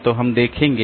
तो हम देखेंगे